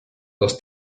dos